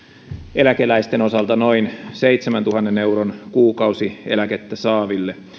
eläkeläisten osalta noin seitsemäntuhannen euron kuukausieläkettä saaville